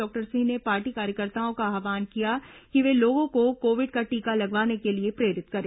doctor Singh ने party कार्यकर्ताओं का आव्हान किया कि वे लोगों को कोविड का टीका लगवाने के लिए प्रेरित करें